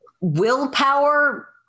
Willpower